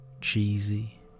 cheesy